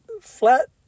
Flat